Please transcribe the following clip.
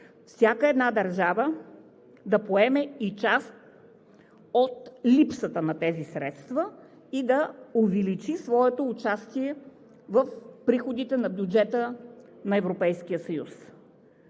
всяка една държава да поеме и част от липсата на тези средства и да увеличи своето участие в приходите на бюджета на